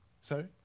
Sorry